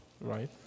right